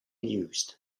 used